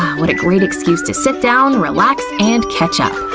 what a great excuse to sit down, relax and catch up.